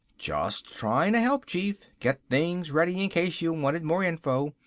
just trying to help, chief, get things ready in case you wanted more info.